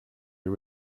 you